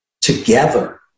together